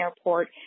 airport